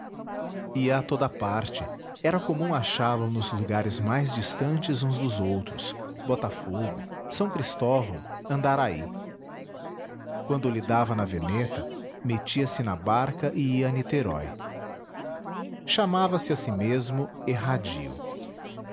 ia a toda parte era comum achá-lo nos lugares mais distantes uns dos outros botafogo s cristóvão andaraí quando lhe dava na veneta metia-se na barca e ia a niterói chamava-se a si mesmo erradio